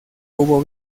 hubo